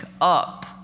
up